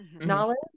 knowledge